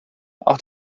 auch